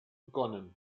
begonnen